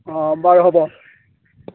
অঁ বাৰু হ'ব